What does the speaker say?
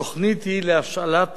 התוכנית היא להשאלת